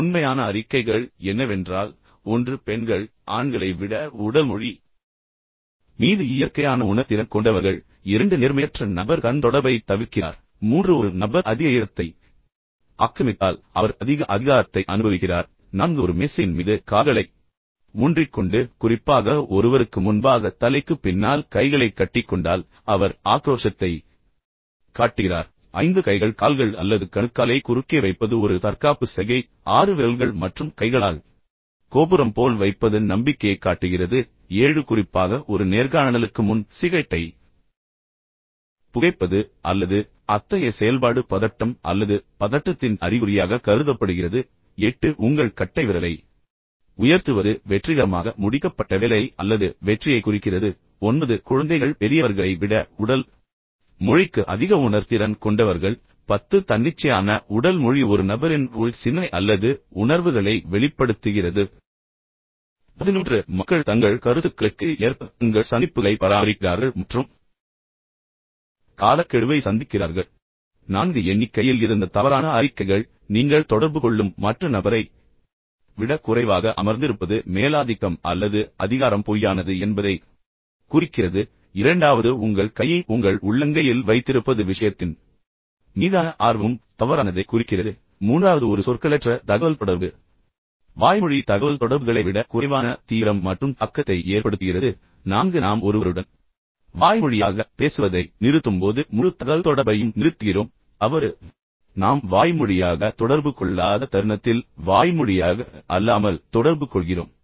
உண்மையான அறிக்கைகள் என்னவென்றால் 1 பெண்கள் ஆண்களை விட உடல் மொழி மீது இயற்கையான உணர்திறன் கொண்டவர்கள் 2 நேர்மையற்ற நபர் கண் தொடர்பைத் தவிர்க்கிறார் 3 ஒரு நபர் அதிக இடத்தை ஆக்கிரமித்தால் அவர் அதிக அதிகாரத்தை அனுபவிக்கிறார் 4 ஒரு மேசையின் மீது கால்களை ஊன்றிக் கொண்டு குறிப்பாக ஒருவருக்கு முன்பாகத் தலைக்குப் பின்னால் கைகளைக் கட்டிக்கொண்டால் அவர் ஆக்ரோஷத்தை காட்டுகிறார் 5 கைகள் கால்கள் அல்லது கணுக்காலை குறுக்கே வைப்பது ஒரு தற்காப்பு சைகை 6 விரல்கள் மற்றும் கைகளால் கோபுரம் போல் வைப்பது நம்பிக்கையைக் காட்டுகிறது 7 குறிப்பாக ஒரு நேர்காணலுக்கு முன் சிகரெட்டை புகைப்பது அல்லது அத்தகைய செயல்பாடு பதட்டம் அல்லது பதட்டத்தின் அறிகுறியாகக் கருதப்படுகிறது 8 உங்கள் கட்டைவிரலை உயர்த்துவது வெற்றிகரமாக முடிக்கப்பட்ட வேலை அல்லது வெற்றியைக் குறிக்கிறது 9 குழந்தைகள் பெரியவர்களை விட உடல் மொழிக்கு அதிக உணர்திறன் கொண்டவர்கள் 10 தன்னிச்சையான உடல் மொழி ஒரு நபரின் உள் சிந்தனை அல்லது உணர்வுகளை வெளிப்படுத்துகிறது 11 மக்கள் தங்கள் கருத்துக்களுக்கு ஏற்ப தங்கள் சந்திப்புகளை பராமரிக்கிறார்கள் மற்றும் காலக்கெடுவை சந்திக்கிறார்கள் இப்போது 4 எண்ணிக்கையில் இருந்த தவறான அறிக்கைகள் நீங்கள் தொடர்பு கொள்ளும் மற்ற நபரை விட குறைவாக அமர்ந்திருப்பது மேலாதிக்கம் அல்லது அதிகாரம் பொய்யானது என்பதைக் குறிக்கிறது இரண்டாவது உங்கள் கையை உங்கள் உள்ளங்கையில் வைத்திருப்பது விஷயத்தின் மீதான ஆர்வமும் தவறானது என்பதைக் குறிக்கிறது ஏனெனில் இது சலிப்பைக் குறிக்கிறது மூன்றாவது ஒரு சொற்களற்ற தகவல்தொடர்பு வாய்மொழி தகவல்தொடர்புகளை விட குறைவான தீவிரம் மற்றும் தாக்கத்தை ஏற்படுத்துகிறது இல்லை இது மிகவும் தீவிரமானது 4 நாம் ஒருவருடன் வாய்மொழியாக பேசுவதை நிறுத்தும்போது முழு தகவல்தொடர்பையும் நிறுத்துகிறோம் தவறு ஏனெனில் நாம் வாய்மொழியாக தொடர்பு கொள்ளாத தருணத்தில் வாய்மொழியாக அல்லாமல் தொடர்பு கொள்ளத் தொடங்குகிறோம்